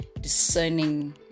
discerning